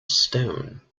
stone